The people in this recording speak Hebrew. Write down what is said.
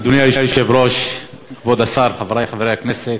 אדוני היושב-ראש, כבוד השר, חברי חברי הכנסת,